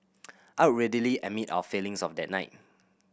I would readily admit our failings of that night